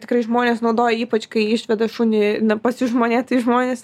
tikrai žmonės naudoja ypač kai išveda šunį pasižmonėt tai žmonės